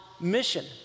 mission